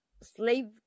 slave